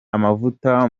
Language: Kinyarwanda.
amavuta